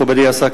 מכובדי השר,